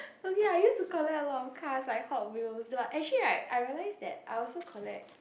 okay I use to collect a lot of cars like Hot Wheels but actually right I realise that I also collect